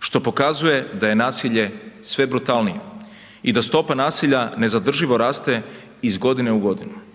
što pokazuje da je nasilje sve brutalnije i da stopa nasilja nezadrživo raste iz godine u godinu